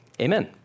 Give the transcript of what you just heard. Amen